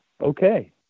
Okay